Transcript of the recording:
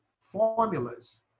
formulas